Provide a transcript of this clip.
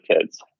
kids